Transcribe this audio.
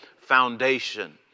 foundation